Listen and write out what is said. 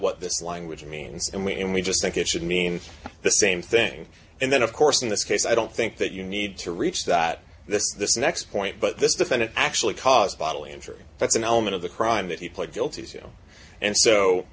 what this language means and we and we just think it should mean the same thing and then of course in this case i don't think that you need to reach that this this next point but this defendant actually caused bodily injury that's an element of the crime that he pled guilty to and so